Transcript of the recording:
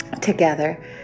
together